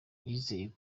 yizera